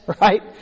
right